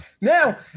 Now